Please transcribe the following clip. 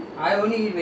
india leh